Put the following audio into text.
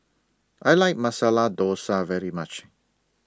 I like Masala Dosa very much